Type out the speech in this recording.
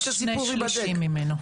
שני שלישים ממנו.